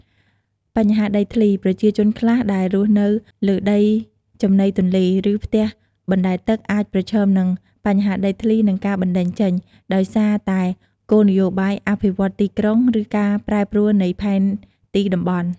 បញ្ហាដីធ្លី ប្រជាជនខ្លះដែលរស់នៅលើដីចំណីទន្លេ ឬផ្ទះបណ្ដែតទឹកអាចប្រឈមនឹង បញ្ហាដីធ្លី និងការបណ្ដេញចេញ ដោយសារតែគោលនយោបាយអភិវឌ្ឍន៍ទីក្រុង ឬការប្រែប្រួលនៃផែនទីតំបន់។